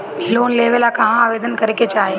Loan लेवे ला कहाँ आवेदन करे के चाही?